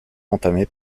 entamé